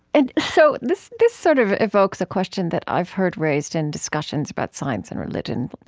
and so this this sort of evokes a question that i've heard raised in discussions about science and religion.